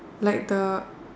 like the